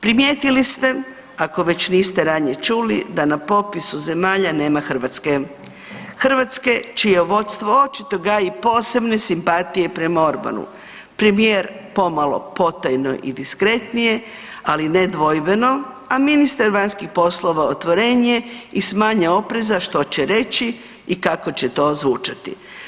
Primijetili ste, ako niste već ranije čuli da na popisu zemalja nema Hrvatske, Hrvatske čije vodstvo očito gaji posebne simpatije prema Orbanu, premijer pomalo potajno i diskretnije, ali nedvojbeno, a ministar vanjskih poslova otvorenije i s manje opreza što će reći i kako će to zvučati.